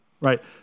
Right